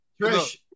Trish